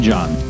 John